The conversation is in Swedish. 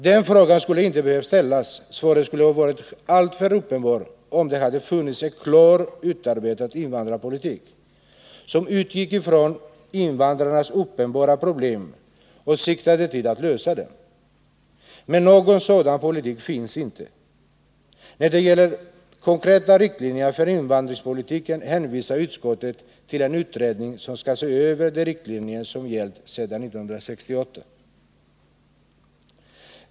Den frågan skulle inte ha behövt ställas, svaret skulle ha varit alltför uppenbart, om det hade funnits en klart utarbetad invandrarpolitik, som utgick ifrån invandrarnas uppenbara problem, och siktade till att lösa dem. Men någon sådan politik finns inte. När det gäller de konkreta riktlinjerna för invandrarpolitiken hänvisar utskottet till en utredning som skall se över de riktlinjer som gällt sedan 1968.